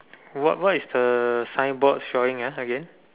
what what is the signboard showing ah again